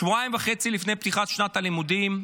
שבועיים וחצי לפני פתיחת שנת הלימודים,